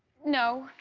no,